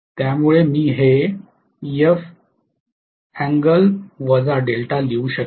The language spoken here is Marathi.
त्यामुळे मी हे लिहू शकेन